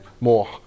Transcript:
more